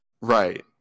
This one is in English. Right